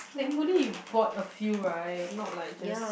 thankfully you bought a few right not like just